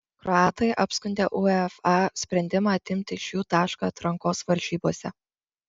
kroatai apskundė uefa sprendimą atimti iš jų tašką atrankos varžybose